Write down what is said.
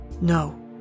No